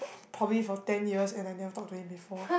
prob~ probably for ten years and I never talk to him before